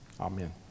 Amen